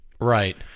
Right